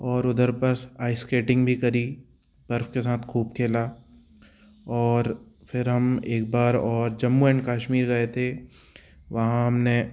और उधर बस आइस स्केटिंग भी करी बर्फ़ के साथ खूब खेला और फिर हम एक बार और जम्मू एंड कश्मीर गए थे वहाँ हमने